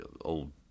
old